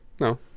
No